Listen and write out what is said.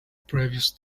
previous